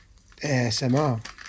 ASMR